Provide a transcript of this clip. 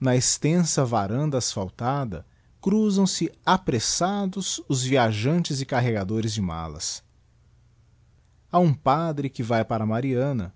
na extensa varanda asphaltada cruzam se apressados os viajantes e carregadores de malas ha um padre que vae para mariana